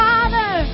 Father